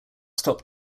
stop